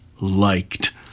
liked